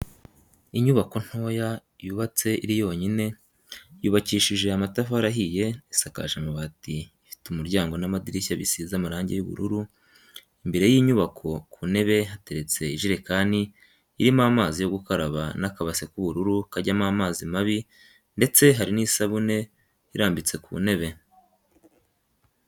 Inyubako ntoya yubatse iri yonyine, yubakishije amatafari ahiye isakaje amabati ifite umuryango n'amadirishya bisize amarangi y'ubururu, imbere y'inyubako ku ntebe hateretse ijerekani irimo amazi yo gukaraba n'akabase k'ubururu kajyamo amazi mabi ndetse hari n'isabuni irambitse ku ntebe.